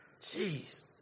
Jeez